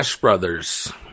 Brothers